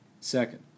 Second